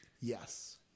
Yes